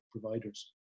providers